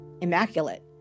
immaculate